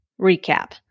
recap